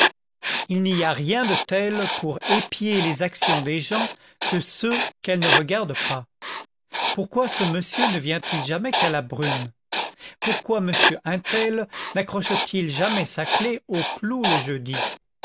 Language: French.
il n'y a rien de tel pour épier les actions des gens que ceux qu'elles ne regardent pas pourquoi ce monsieur ne vient-il jamais qu'à la brune pourquoi monsieur un tel naccroche t il jamais sa clef au clou le jeudi